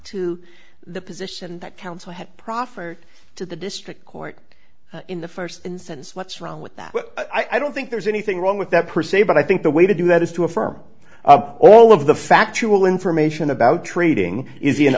to the position that counsel had proffered to the district court in the st instance what's wrong with that i don't think there's anything wrong with that per se but i think the way to do that is to affirm all of the factual information about trading is the